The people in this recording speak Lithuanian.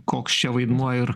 koks čia vaidmuo ir